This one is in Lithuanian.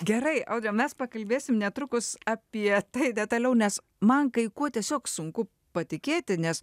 gerai o mes pakalbėsim netrukus apie tai detaliau nes man kai kuo tiesiog sunku patikėti nes